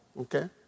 okay